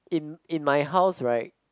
in in my house right